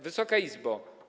Wysoka Izbo!